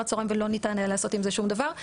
הצוהריים ולא ניתן היה לעשות עם זה שום דבר.